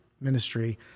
ministry